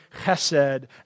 chesed